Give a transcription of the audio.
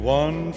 one